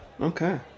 okay